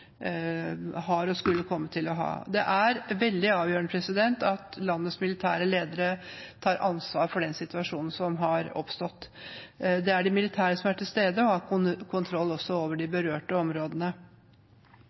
Det er veldig avgjørende at landets militære ledere tar ansvar for den situasjonen som har oppstått. Det er de militære som er til stede og har kontroll over de